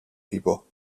people